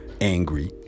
angry